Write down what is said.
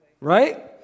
right